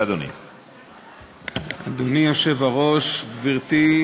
ברשות יושב-ראש הישיבה,